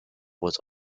was